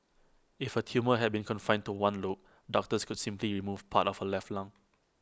if her tumour had been confined to one lobe doctors could simply remove part of her left lung